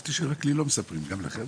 חשבתי שרק לי לא מספרים, גם לכם?